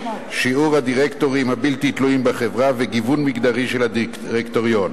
שיעור הדירקטורים הבלתי-תלויים בחברה וגיוון מגדרי של הדירקטוריון.